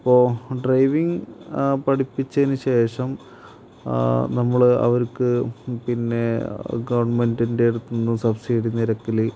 അപ്പോള് ഡ്രൈവിംഗ് പഠിപ്പിച്ചതിനുശേഷം നമ്മള് അവർക്ക് പിന്നെ ഗവർണ്മെന്റിന്റടുത്തുനിന്ന് സബ്സിഡി നിരക്കിൽ